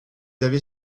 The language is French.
avez